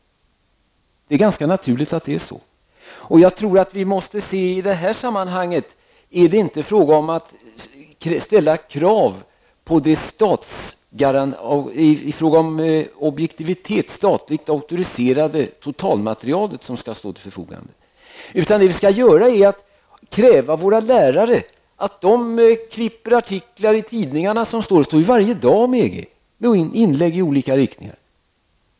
Det är ganska naturligt att det förhåller sig så. I det här sammanhanget är det inte fråga om att ställa krav på objektivitet i det statligt auktoriserade totala materialet som skall stå till förfogande. Vi skall i stället kräva att lärarna klipper artiklar ur tidningarna, där det ju finns inlägg i olika riktningar varje dag.